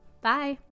bye